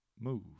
move